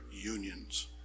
unions